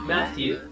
Matthew